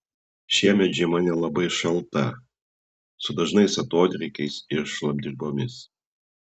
šiemet žiema nelabai šalta su dažnais atodrėkiais ir šlapdribomis